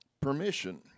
permission